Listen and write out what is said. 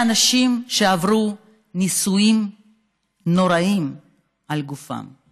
אלה אנשים שעברו ניסויים נוראים על גופם.